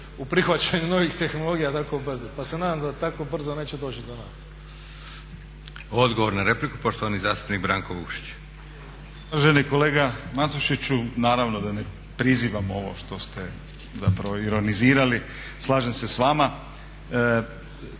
u prihvaćanju novih tehnologija tako brzi, pa se nadam da tako brzo neće doći i do nas. **Leko, Josip (SDP)** Odgovor na repliku, poštovani zastupnik Branko Vukšić. **Vukšić, Branko (Nezavisni)** Uvaženi kolega Matušiću, naravno da ne prizivam ovo što ste zapravo ironizirali, slažem se s vama.